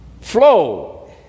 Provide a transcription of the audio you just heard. flow